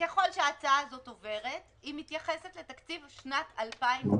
ככל שההצעה הזאת תעבור היא מתייחסת לתקציב לשנת 2020